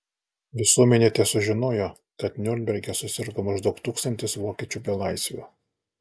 visuomenė tesužinojo kad niurnberge susirgo maždaug tūkstantis vokiečių belaisvių